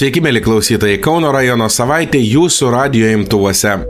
sveiki mieli klausytojai kauno rajono savaitė jūsų radijo imtuvuose